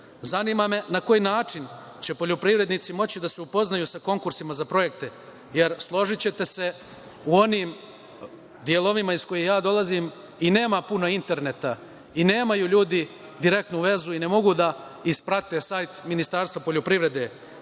Zanima me na koji način će poljoprivrednici moći da se upoznaju sa konkursima za projekte, jer složićete se u onim delovima iz kojih ja dolazim i nema puno interneta i nemaju ljudi direktnu vezu i ne mogu da isprate sajt Ministarstva poljoprivrede,